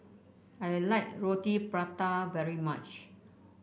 I like Roti Prata very much